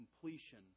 completion